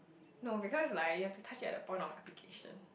no because like you have to touch it at the point of application